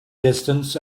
distance